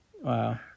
wow